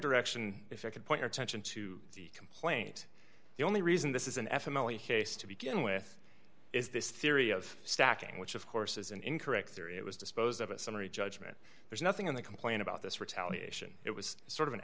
direction if i could point your tension to the complaint the only reason this is an f m only haste to begin with is this theory of stacking which of course is an incorrect theory it was disposed of a summary judgment there's nothing in the complaint about this retaliation it was sort of an